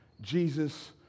Jesus